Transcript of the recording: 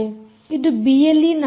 ಇದು ಬಿಎಲ್ಈ 4